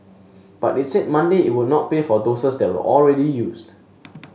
but it said Monday it would not pay for doses that were already used